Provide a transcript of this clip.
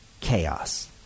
chaos